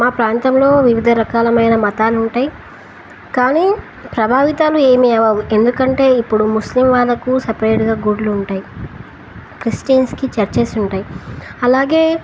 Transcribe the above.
మా ప్రాంతంలో వివిధ రకాలమైన మతాలు ఉంటాయి కానీ ప్రభావితాలు ఏమీ అవ్వవు ఎందుకంటే ఇప్పుడు ముస్లిం వాళ్ళకు సపరేట్గా గుళ్ళు ఉంటాయి క్రిస్టియన్స్కి చర్చెస్ ఉంటాయి అలాగే